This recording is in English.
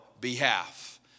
behalf